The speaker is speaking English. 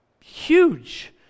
Huge